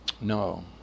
No